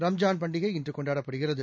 ரம்ஜான் பண்டிகை இன்றுகொண்டாடப்படுகிறது